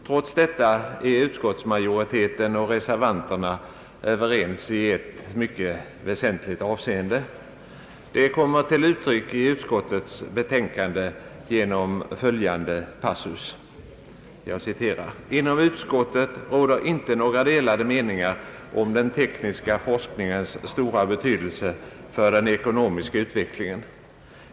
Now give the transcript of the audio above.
Trots detta är utskottsmajoriteten och reservanterna överens i ett väsentligt avseende, vilket kommer till uttryck i utskottets betänkande genom följande passus: »Inom utskottet råder inte några delade meningar om den tekniska forskningens stora betydelse för den ekonomiska utvecklingen.